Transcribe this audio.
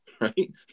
right